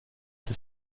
the